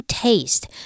taste